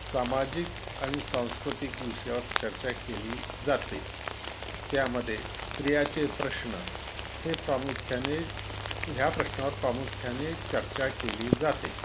सामाजिक आणि सांस्कृतिक विषयावर चर्चा केली जाते त्यामध्ये स्त्रियाचे प्रश्न हे प्रामुख्याने ह्या प्रश्नावर प्रामुख्याने चर्चा केली जाते